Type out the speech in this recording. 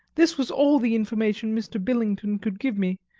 this was all the information mr. billington could give me,